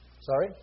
Sorry